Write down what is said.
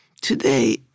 Today